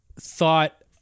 thought